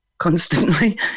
Constantly